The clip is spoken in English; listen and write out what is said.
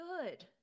good